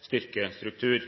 styrkestruktur.